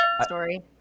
story